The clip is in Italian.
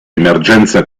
emergenza